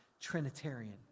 Trinitarian